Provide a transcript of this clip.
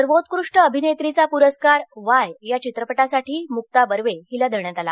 सर्वोत्कृष्ट अभिनेत्रीचा पुरस्कार वाय या चित्रपटासाठी मुक्ता बर्वे हिला देण्यात आला